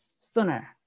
sooner